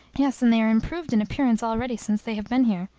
yes, and they are improved in appearance already since they have been here.